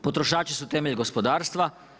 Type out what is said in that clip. Potrošači su temelj gospodarstva.